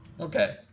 Okay